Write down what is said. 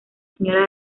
señora